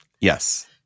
Yes